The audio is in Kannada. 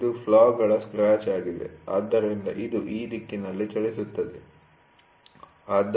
ಇದು ಫ್ಲಾ'ಗಳ ಸ್ಕ್ರಾಚ್ ಆಗಿದೆ ಆದ್ದರಿಂದ ಇದು ಈ ದಿಕ್ಕಿನಲ್ಲಿ ಚಲಿಸುತ್ತದೆರ